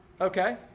Okay